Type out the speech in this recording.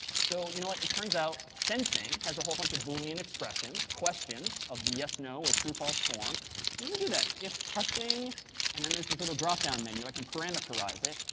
so you know it it turns out sensing has a whole bunch of boolean expressions questions of the yes no or true false form and let me do this. if touching and then there's this little drop down menu. i can parameterize it.